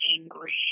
angry